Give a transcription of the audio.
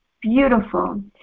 beautiful